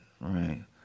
right